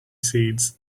seeds